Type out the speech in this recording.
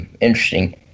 Interesting